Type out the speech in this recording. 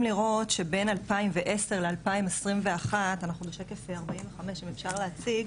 לראות שבין 2010 ל- 2021 אם אפשר להציג,